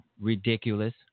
Ridiculous